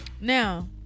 now